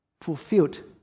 fulfilled